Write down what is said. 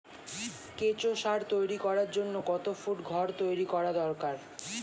কেঁচো সার তৈরি করার জন্য কত ফুট ঘর তৈরি করা দরকার?